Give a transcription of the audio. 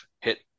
hit